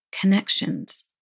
Connections